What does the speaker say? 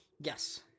Yes